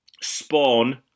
Spawn